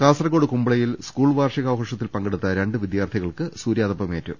കാസർകോട് കുമ്പളയിൽ സ്കൂൾ വാർഷികാഘോഷത്തിൽ പങ്കെടുത്ത രണ്ടു വിദ്യാർഥികൾക്ക് സൂര്യാതപമേറ്റു